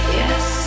yes